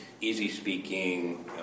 easy-speaking